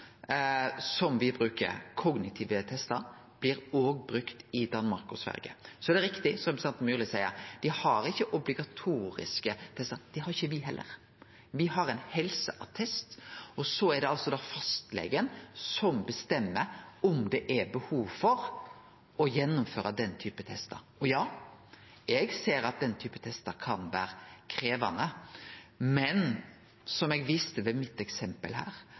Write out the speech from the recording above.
som me bruker, kognitive testar, også blir brukte i Danmark og Sverige. Så er det riktig, som representanten Myrli seier, at dei ikkje har obligatoriske testar. Det har ikkje me heller. Me har ein helseattest, og så er det fastlegen som bestemmer om det er behov for å gjennomføre den typen testar. Eg ser at den typen testar kan vere krevjande, men som eg viste med mitt eksempel,